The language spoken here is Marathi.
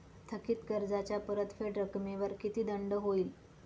थकीत कर्जाच्या परतफेड रकमेवर किती दंड होईल?